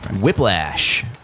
Whiplash